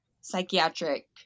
Psychiatric